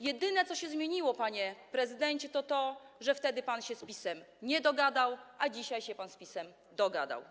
Jedyne, co się zmieniło, panie prezydencie, to to, że wtedy pan się z PiS-em nie dogadał, a dzisiaj się pan z PiS-em dogadał.